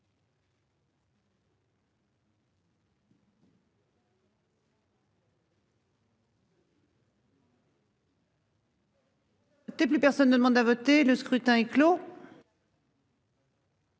plus personne ne demande à voter Le scrutin est clos.